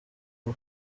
uba